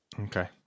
okay